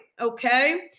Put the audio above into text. Okay